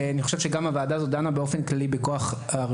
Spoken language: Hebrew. ואני חושב שהוועדה הזו דנה גם באופן כללי בכוח הרפואי.